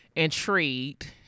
intrigued